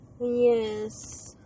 yes